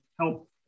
help